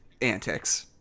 antics